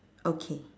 okay